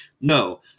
no